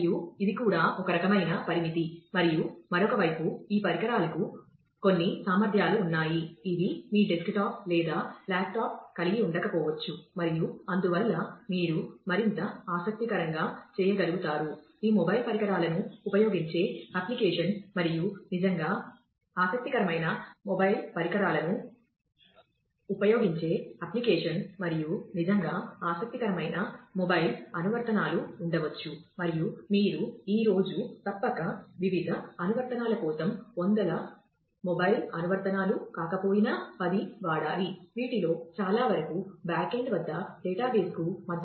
మరియు ఇది కూడా ఒక రకమైన పరిమితి మరియు మరొక వైపు ఈ పరికరాలకు కొన్ని సామర్థ్యాలు ఉన్నాయి ఇవి మీ డెస్క్టాప్ లేదా ల్యాప్టాప్ కలిగి ఉండకపోవచ్చు మరియు అందువల్ల మీరు మరింత ఆసక్తికరంగా చేయగలుగుతారు ఈ మొబైల్ పరికరం పరంగా ఇది అంత సులభం కాదు